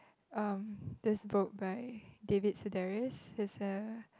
um this book by David-Sedaris he is a